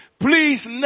Please